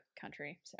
country